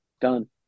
Done